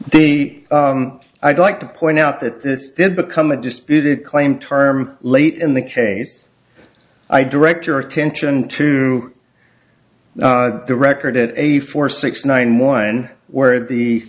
the i'd like to point out that this did become a disputed claim term late in the case i direct your attention to the record at eighty four six nine one where the